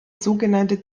sogenannte